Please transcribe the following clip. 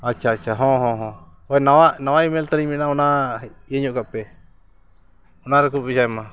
ᱟᱪᱪᱷᱟ ᱟᱪᱪᱷᱟ ᱦᱚᱸ ᱦᱚᱸ ᱦᱚᱸ ᱱᱟᱣᱟ ᱱᱟᱣᱟ ᱤᱼᱢᱮᱞ ᱛᱟᱹᱞᱤᱧ ᱢᱮᱱᱟᱜᱼᱟ ᱚᱱᱟ ᱤᱭᱟᱹ ᱧᱚᱜ ᱠᱟᱜᱼᱯᱮ ᱚᱱᱟ ᱨᱮᱠᱚ ᱵᱷᱮᱡᱟᱭ ᱢᱟ